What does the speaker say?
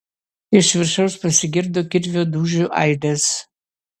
iš viršaus pasigirdo kirvio dūžių aidas